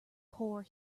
poor